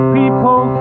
people